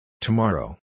Tomorrow